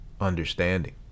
understanding